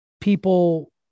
people